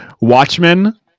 Watchmen